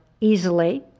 easily